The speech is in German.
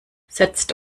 setzt